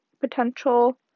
potential